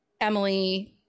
Emily